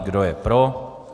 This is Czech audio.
Kdo je pro?